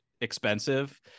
expensive